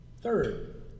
Third